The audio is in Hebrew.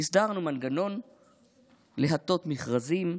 הסדרנו מנגנון להטות מכרזים,